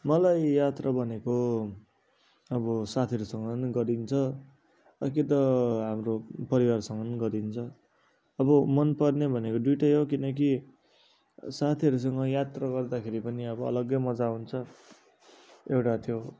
मलाई यात्रा भनेको अब साथीहरूसँग पनि गरिन्छ अब कि त हाम्रो परिवारसँग पनि गरिन्छ अब मन पर्ने भनेको दुइवटा हो किनकि साथीहरूसँग यात्रा गर्दाखेरि पनि अब अलग्गै मजा आउँछ एउटा त्यो हो